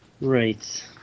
Right